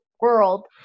world